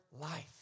life